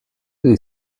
del